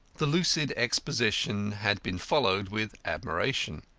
the lucid exposition had been followed with admiration.